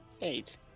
eight